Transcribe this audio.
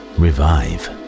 revive